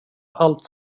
allt